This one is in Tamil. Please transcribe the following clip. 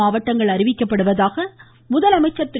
மாவட்டங்கள் அறிவிக்கப்படுவதாக முதலமைச்சர் திரு